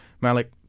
Malik